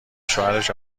شوهرش